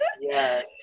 Yes